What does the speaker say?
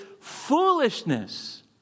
foolishness